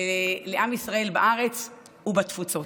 לעם ישראל בארץ ובתפוצות.